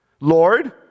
Lord